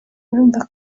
urumva